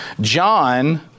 John